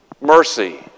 mercy